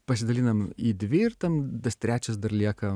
pasidalinam į dvi ir tam tas trečias dar lieka